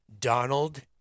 Donald